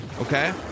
okay